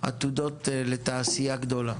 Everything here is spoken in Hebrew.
עתודות לתעשייה גדולה.